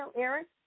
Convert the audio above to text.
Eric